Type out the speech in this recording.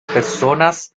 personas